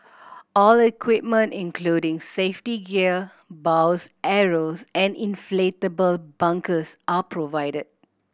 all equipment including safety gear bows arrows and inflatable bunkers are provided